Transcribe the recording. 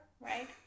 right